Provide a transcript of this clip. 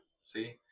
see